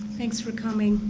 thanks for coming.